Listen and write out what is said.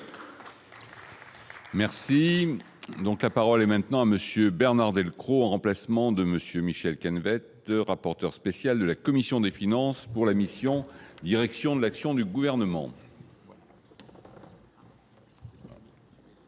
Merci donc la parole est maintenant à monsieur Bernard Delcros, en remplacement de Monsieur Michel Kahn bête, rapporteur spécial de la commission des finances pour la mission, direction de l'action du gouvernement.